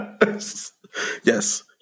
yes